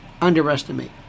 underestimate